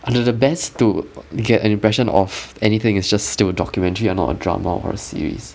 the the best to get an impression of anything it's just still documentary and not a drama or a series